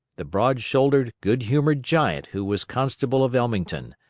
the broad-shouldered, good-humored giant who was constable of ellmington.